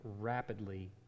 rapidly